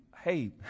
hey